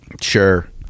Sure